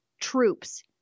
troops